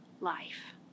life